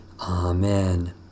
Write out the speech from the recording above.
Amen